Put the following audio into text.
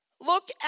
Look